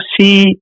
see